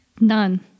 None